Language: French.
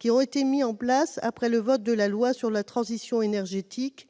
qui ont été mis en place après le vote de la loi de transition énergétique,